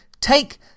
take